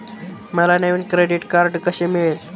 मला नवीन credit card कसे मिळेल?